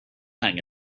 hang